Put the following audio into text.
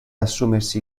assumersi